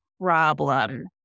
problem